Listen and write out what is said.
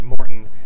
Morton